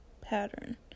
pattern